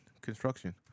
construction